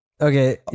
Okay